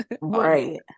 Right